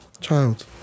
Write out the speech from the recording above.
Child